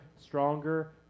stronger